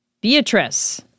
Beatrice